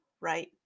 right